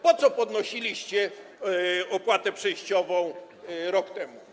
Po co podnosiliście opłatę przejściową rok temu?